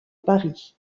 paris